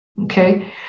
okay